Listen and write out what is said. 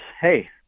hey